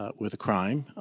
ah with a crime.